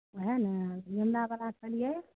ओहए ने गेन्दा बलाक कहलियै